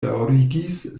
daŭrigis